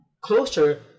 closer